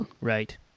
Right